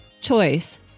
choice